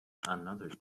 another